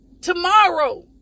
Tomorrow